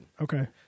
Okay